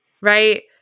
Right